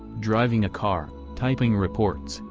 driving a car, typing reports,